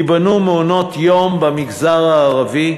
ייבנו מעונות יום במגזר הערבי,